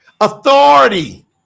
authority